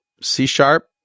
C-sharp